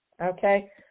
okay